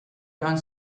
joan